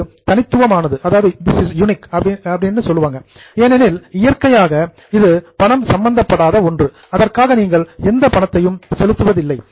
இது யூனிக் தனித்துவமானது ஏனெனில் இயற்கையாக இது பணம் சம்பந்தப்படாத ஒன்று அதற்காக நீங்கள் எந்த பணத்தையும் செலுத்துவதில்லை